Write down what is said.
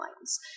lines